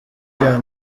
bya